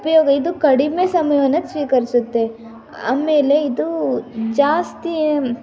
ಉಪಯೋಗ ಇದು ಕಡಿಮೆ ಸಮಯವನ್ನು ಸ್ವೀಕರಿಸುತ್ತೆ ಆಮೇಲೆ ಇದು ಜಾಸ್ತಿ